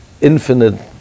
infinite